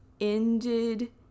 Ended